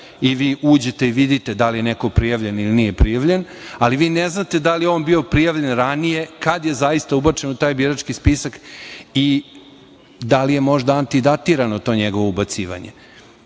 i vi uđete i vidite da li je neko prijavljen ili nije prijavljen, ali vi ne znate da li je on bio prijavljen ranije, kad je zaista ubačen u taj birački spisak, i da li je možda antidatirano to njegovo ubacivanje. Znate,